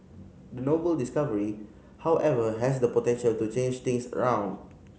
the novel discovery however has the potential to change things around